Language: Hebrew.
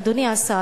אדוני השר,